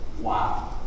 Wow